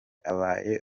abaye